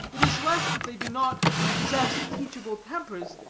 it is less that they do not possess teachable tempers,